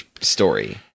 story